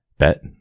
bet